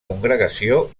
congregació